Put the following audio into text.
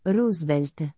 Roosevelt